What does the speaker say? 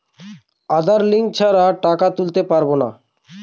আধার link ছাড়া টাকা তুলতে পারব না?